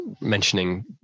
mentioning